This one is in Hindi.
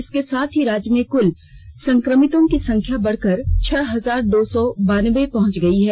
इसके साथ ही राज्य में कुल संक्रमितों की संख्या बढ़कर छह हजार दो सौ बानवे पहुंच गयी है